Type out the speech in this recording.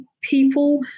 people